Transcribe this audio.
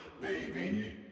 baby